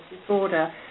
disorder